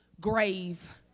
grave